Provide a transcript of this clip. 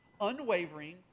unwavering